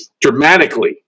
dramatically